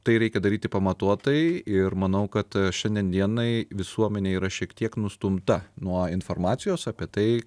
tai reikia daryti pamatuotai ir manau kad šiandien dienai visuomenė yra šiek tiek nustumta nuo informacijos apie tai